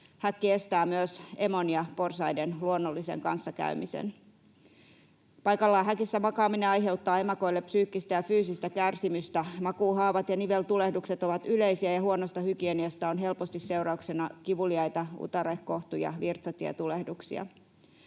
Häkki estää myös emon ja porsaiden luonnollisen kanssakäymisen. Paikallaan häkissä makaaminen aiheuttaa emakoille psyykkistä ja fyysistä kärsimystä. Makuuhaavat ja niveltulehdukset ovat yleisiä, ja huonosta hygieniasta on helposti seurauksena kivuliaita utare‑, kohtu‑ ja virtsatietulehduksia.